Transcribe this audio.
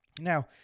Now